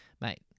Mate